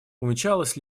увенчалась